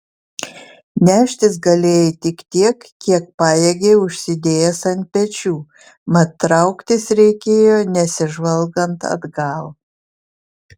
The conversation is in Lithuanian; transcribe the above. neštis galėjai tik tiek kiek pajėgei užsidėjęs ant pečių mat trauktis reikėjo nesižvalgant atgal